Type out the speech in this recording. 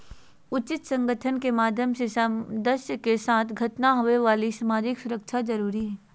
उचित संगठन के माध्यम से सदस्य के साथ घटना होवे वाली सामाजिक सुरक्षा जरुरी हइ